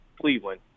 Cleveland